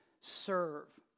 serve